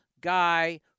guy